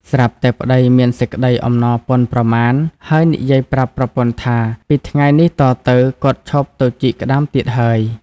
សា្រប់តែប្ដីមានសេចក្ដីអំណរពន់ប្រមាណ ហើយនិយាយប្រាប់ប្រពន្ធថាពីថ្ងៃនេះតទៅគាត់ឈប់ទៅជីកក្ដាមទៀតហើយ។